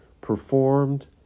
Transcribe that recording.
performed